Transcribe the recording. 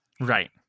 right